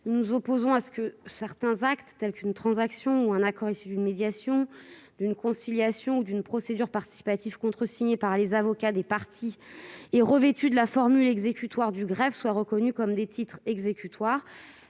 nous nous opposons à ce que certains actes, comme une transaction, un accord issu d'une médiation, d'une conciliation ou d'une procédure participative, contresignés par les avocats des parties et revêtus de la formule exécutoire du greffe, soient reconnus comme des titres exécutoires.